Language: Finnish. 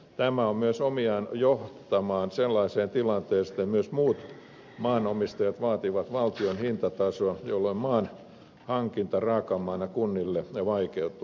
tämä on myös omiaan johtamaan sellaiseen tilanteeseen että myös muut maanomistajat vaativat valtion hintatason jolloin maan hankinta raakamaana kunnille vaikeutuu